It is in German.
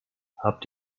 habt